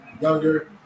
younger